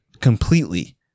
completely